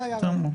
זה היה הרעיון.